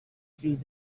through